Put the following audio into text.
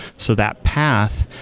so that path,